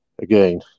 again